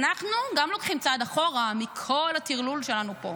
אנחנו גם לוקחים צעד אחורה מכל הטרלול שלנו פה.